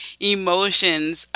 emotions